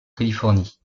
californie